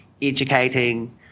educating